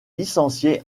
licencié